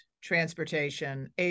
transportation